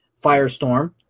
Firestorm